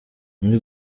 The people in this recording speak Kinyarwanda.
muri